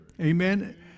Amen